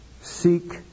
Seek